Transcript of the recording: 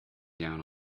down